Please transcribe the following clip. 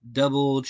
double